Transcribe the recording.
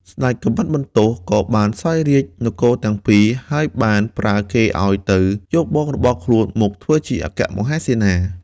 ស្ដេចកាំបិតបន្ទោះក៏បានសោយរាជ្យនគរទាំងពីរ ហើយបានប្រើគេឱ្យទៅយកបងរបស់ខ្លួនមកធ្វើជាអគ្គមហាសេនា។